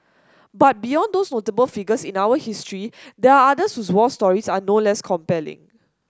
but beyond these notable figures in our history there are others whose war stories are no less compelling